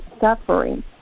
suffering